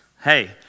hey